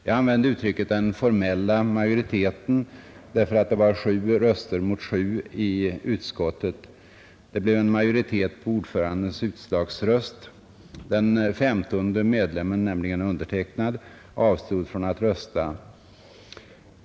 Jag använder uttrycket ”den formella majoriteten” därför att det avgavs sju röster mot sju i utskottet. Det blev majoritet med hjälp av ordförandens utslagsröst. Den femtonde ledamoten, nämligen jag själv, avstod från att rösta.